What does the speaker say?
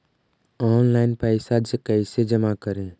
Online पैसा कैसे जमा करे?